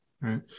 Right